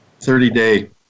30-day